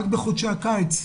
רק בחודשי הקיץ,